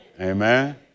Amen